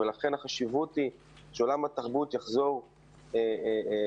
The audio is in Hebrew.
ולכן החשיבות היא שעולם התרבות יחזור לפעולה.